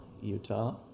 Utah